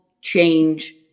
change